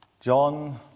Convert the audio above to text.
John